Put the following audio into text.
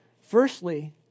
Firstly